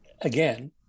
again